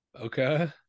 okay